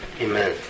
Amen